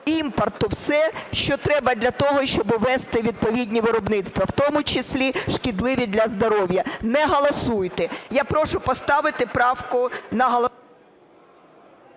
імпорту все, що треба для того, щоб вести відповідні виробництва, в тому числі шкідливі для здоров'я. Не голосуйте. Я прошу поставити правку на…